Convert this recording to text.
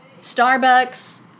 starbucks